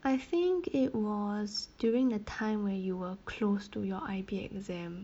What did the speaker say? I think it was during the time when you were close to your I_B exam